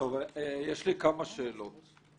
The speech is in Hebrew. כמה שאלות.